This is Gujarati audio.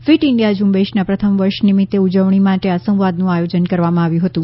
ફિટ ઇન્ડિયા ઝુંબેશના પ્રથમ વર્ષ નિમિત્તે ઉજવણી માટે આ સંવાદનું આયોજ ન કરવામાં આવ્યું હતું